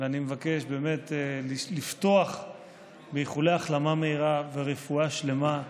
ואני מבקש לפתוח באיחולי החלמה מהירה ורפואה שלמה.